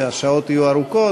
והשעות יהיו ארוכות,